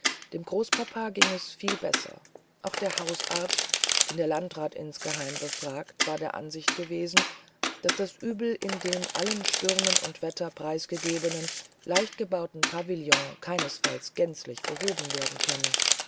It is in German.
dem großpapa ging es viel besser aber der hausarzt den der landrat insgeheim befragt war der ansicht gewesen daß das uebel in dem allen stürmen und wettern preisgegebenen leichtgebauten pavillon keinenfalls gänzlich gehoben werden könne